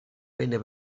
venne